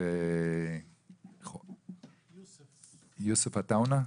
חבר הכנסת יוסף עטאונה.